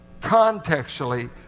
contextually